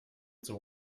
zum